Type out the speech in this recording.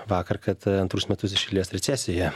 vakar kad antrus metus iš eilės recesija